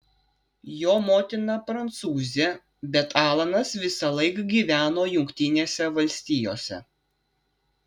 jo motina prancūzė bet alanas visąlaik gyveno jungtinėse valstijose